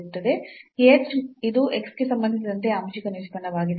ಈ h ಇದು x ಗೆ ಸಂಬಂಧಿಸಿದಂತೆ ಆಂಶಿಕ ನಿಷ್ಪನ್ನವಾಗಿದೆ